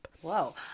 whoa